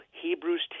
Hebrews